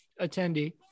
attendee